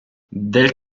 del